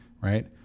right